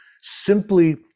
simply